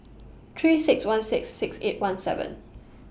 three six one six six eight one seven